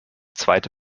zweite